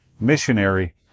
missionary